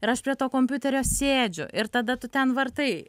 ir aš prie to kompiuterio sėdžiu ir tada tu ten vartai